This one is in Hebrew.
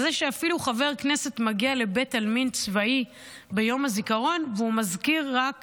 זה אפילו שחבר כנסת שמגיע לבית עלמין צבאי ביום הזיכרון מזכיר רק